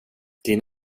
din